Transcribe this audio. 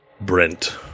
Brent